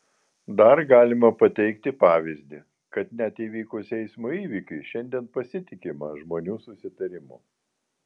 dar galime pateikti pavyzdį kad net įvykus eismo įvykiui šiandien pasitikima žmonių susitarimu